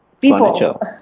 people